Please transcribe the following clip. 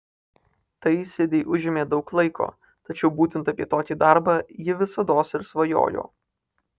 tai sidei užėmė daug laiko tačiau būtent apie tokį darbą ji visados ir svajojo